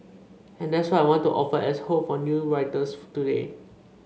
and that's what I want to offer as hope for new writers for today